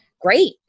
great